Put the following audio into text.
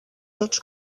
tots